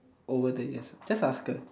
over the years just ask her